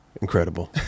Incredible